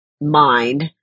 mind